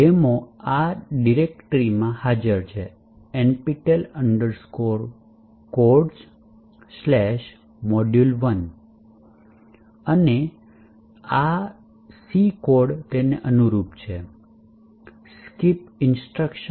demo આ વિશિષ્ટ ડિરેક્ટરીમાં હાજર છે nptel codesmodule1 1 અને તે આ c કોડને અનુરૂપ છે skipinstruction